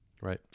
Right